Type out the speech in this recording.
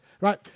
Right